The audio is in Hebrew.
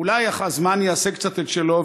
אולי הזמן יעשה את שלו,